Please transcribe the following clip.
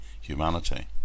humanity